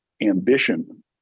ambition